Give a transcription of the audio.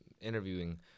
interviewing